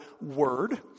word